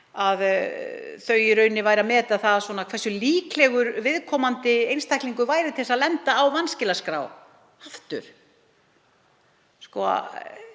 að þau væru að meta hversu líklegur viðkomandi einstaklingur væri til að lenda á vanskilaskrá aftur.